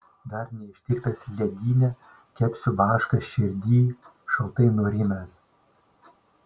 dar neištirpęs ledyne kepsiu vašką širdyj šaltai nurimęs